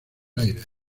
aires